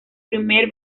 primer